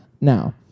Now